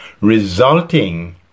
resulting